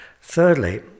Thirdly